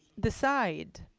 decide